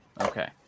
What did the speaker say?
Okay